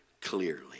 clearly